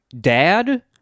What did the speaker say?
dad